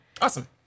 Awesome